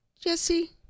Jesse